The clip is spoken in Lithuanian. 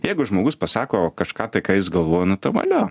jeigu žmogus pasako kažką tai ką jis galvoja nu tai valio